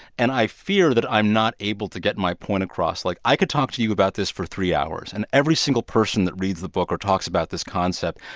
and i fear that i'm not able to get my point across like, i could talk to you about this for three hours. and every single person that reads the book or talks about this concept,